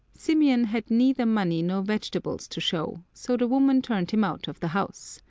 symeon had neither money nor vegetables to show, so the woman turned him out of the house.